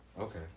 Okay